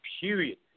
period